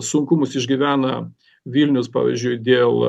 sunkumus išgyvena vilnius pavyzdžiui dėl